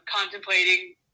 contemplating